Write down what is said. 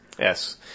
Yes